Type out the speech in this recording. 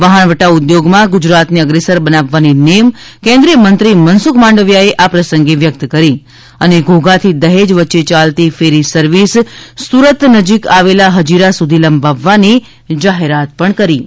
વહાણવટા ઉદ્યોગમાં ગુજરાતને અગ્રેસર બનાવવાની નેમ કેન્દ્રિયમંત્રી મનસુખ માંડવિયાએ આ પ્રસંગે વ્યકત કરી હતી અને ઘોઘાથી દહેજ વચ્ચે યાલતી ફેરી સર્વિસ સુરત નજીક આવેલા હઝીરા સુધી લંબાવવાની જાહેરાત કરી હતી